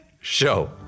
Show